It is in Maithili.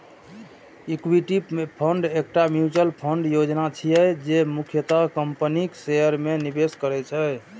इक्विटी फंड एकटा म्यूचुअल फंड योजना छियै, जे मुख्यतः कंपनीक शेयर मे निवेश करै छै